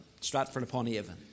Stratford-upon-Avon